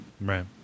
right